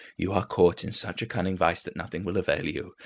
you are caught in such a cunning vice that nothing will avail you,